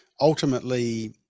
ultimately